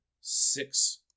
six